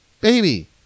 Baby